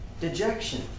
dejection